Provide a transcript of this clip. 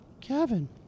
Kevin